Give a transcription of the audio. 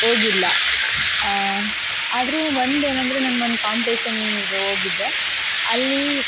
ಹೋಗಿಲ್ಲ ಆದರೆ ಒಂದು ಏನಂದರೆ ನಂಗೊಂದು ಕಾಂಪ್ಟೇಷನ್ನಿಗೆ ಹೋಗಿದ್ದೆ ಅಲ್ಲಿ